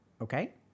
Okay